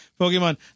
Pokemon